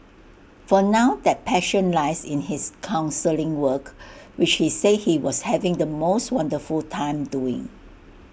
for now that passion lies in his counselling work which he said he was having the most wonderful time doing